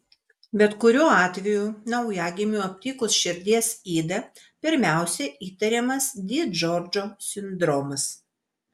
bet kuriuo atveju naujagimiui aptikus širdies ydą pirmiausia įtariamas di džordžo sindromas